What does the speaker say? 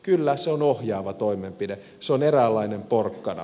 kyllä se on ohjaava toimenpide se on eräänlainen porkkana